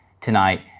tonight